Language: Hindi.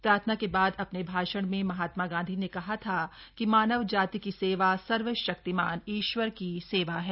प्रार्थना के बाद अपने भाषण में महात्मा गांधी ने कहा था कि मानव जाति की सेवा सर्वशक्तिमान ईश्वर की सेवा है